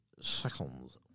seconds